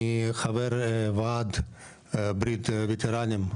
אני חבר וועד ברית ווטרנים,